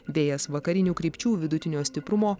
vėjas vakarinių krypčių vidutinio stiprumo